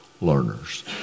learners